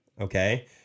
Okay